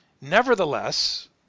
Nevertheless